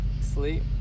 Sleep